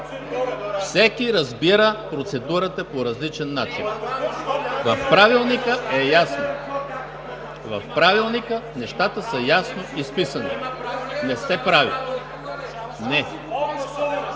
Всеки разбира процедурата по различен начин. В Правилника е ясно. (Шум и реплики.) В Правилника нещата са ясно изписани. Не сте прави! Не!